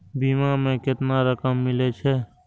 बीमा में केतना रकम मिले छै?